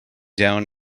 down